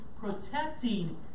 protecting